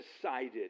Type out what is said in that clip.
decided